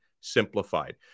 simplified